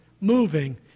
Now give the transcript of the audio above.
moving